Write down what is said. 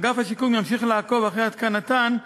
אגף השיקום ימשיך לעקוב אחרי התקנתן,